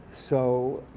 so,